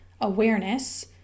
awareness